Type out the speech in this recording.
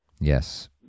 Yes